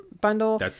bundle